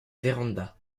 véranda